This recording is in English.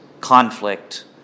conflict